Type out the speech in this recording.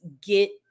get